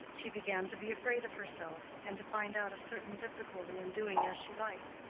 she began to be afraid of herself, and to find out a certain difficulty in doing as she liked.